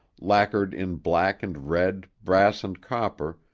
lacquered in black and red, brass and copper,